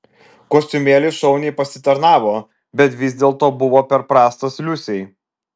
kostiumėlis šauniai pasitarnavo bet vis dėlto buvo per prastas liusei